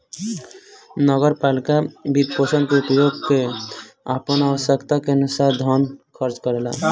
नगर पालिका वित्तपोषण के उपयोग क के आपन आवश्यकता के अनुसार धन खर्च करेला